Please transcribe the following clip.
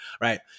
right